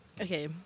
okay